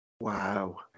Wow